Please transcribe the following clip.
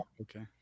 Okay